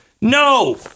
No